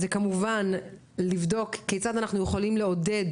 היא כמובן לבדוק כיצד אנחנו יכולים לעודד